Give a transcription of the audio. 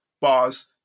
bars